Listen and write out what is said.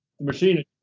machine